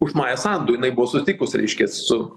už mają sandu jinai buvo sutikus reiškias su